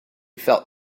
felt